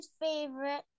favorite